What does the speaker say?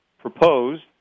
proposed